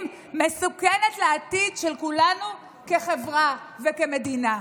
מסוכנת לעתיד של כולנו כחברה וכמדינה.